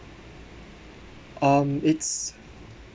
um it's